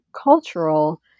cultural